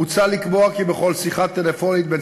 מוצע לקבוע כי בכל שיחה טלפונית בין